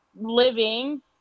living